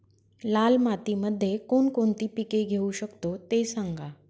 लाल मातीमध्ये कोणकोणती पिके घेऊ शकतो, ते सांगा